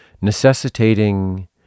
necessitating